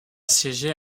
siéger